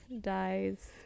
dies